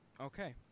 okay